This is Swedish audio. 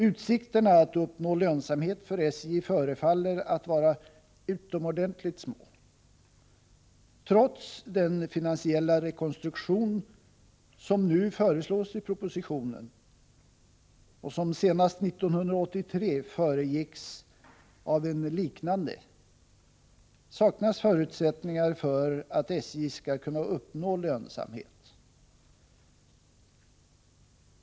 Utsikterna att uppnå lönsamhet för SJ förefaller att vara utomordentligt små. Trots den finansiella rekonstruktion som nu föreslås i propositionen, och som senast 1983 föregicks av en liknande, saknas förutsättningar för att SJ skall kunna uppnå lönsamhet.